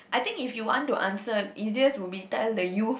I think if you want to answer easiest will be tell the youth